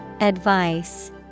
Advice